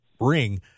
ring